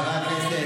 חברי הכנסת,